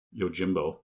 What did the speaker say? Yojimbo